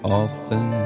often